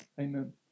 Amen